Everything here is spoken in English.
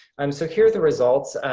um so here are the results.